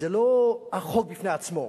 זה לא החוק בפני עצמו,